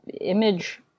image